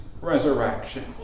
resurrection